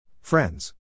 Friends